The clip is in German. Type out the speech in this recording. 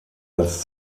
als